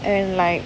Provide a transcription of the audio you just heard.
and like